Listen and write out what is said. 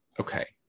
Okay